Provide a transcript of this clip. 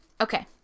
Okay